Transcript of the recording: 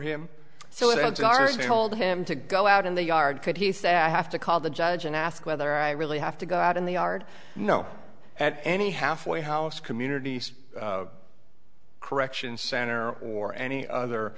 him so it's hard to hold him to go out in the yard could he say i have to call the judge and ask whether i really have to go out in the yard know at any halfway house communities correction center or any other